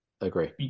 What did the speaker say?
agree